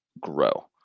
grow